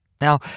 Now